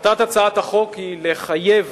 מטרת הצעת החוק היא לחייב